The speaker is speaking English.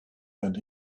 and